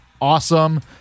awesome